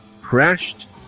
crashed